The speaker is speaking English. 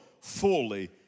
fully